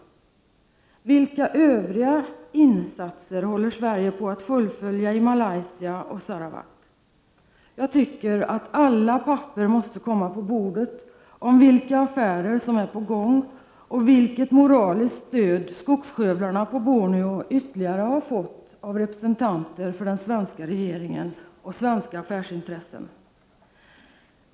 Vilka övriga insatser håller Sverige på att fullfölja i Malaysia och Sarawak? Jag tycker att alla papper måste komma på bordet om vilka affärer som är på gång och vilket moraliskt stöd skogsskövlarna på Borneo ytterligare har fått av representanter för den svenska regeringen och svenska affärsintressen.